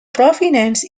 provenance